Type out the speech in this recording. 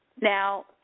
Now